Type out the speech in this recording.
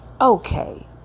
okay